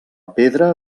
pedra